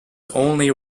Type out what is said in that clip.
only